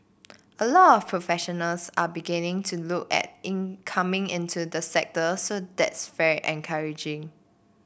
a lot of professionals are beginning to look at in coming into the sector so that's very encouraging